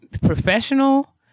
professional